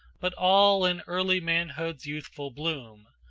but all in early manhood's youthful bloom,